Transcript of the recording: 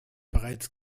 bereits